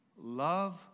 love